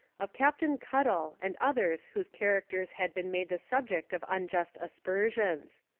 of captain cuttle and others whose characters had been made the subject of unjust aspersions.